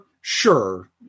sure